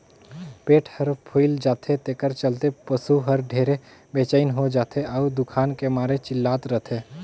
पेट हर फूइल जाथे तेखर चलते पसू हर ढेरे बेचइन हो जाथे अउ दुखान के मारे चिल्लात रथे